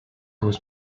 was